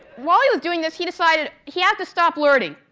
while he was doing this he decided he had to stop learning,